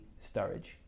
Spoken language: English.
Sturridge